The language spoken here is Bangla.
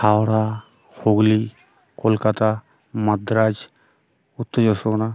হাওড়া হুগলি কলকাতা মাাদ্রাজ উত্তর চব্বিশ পরগনা